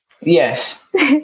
Yes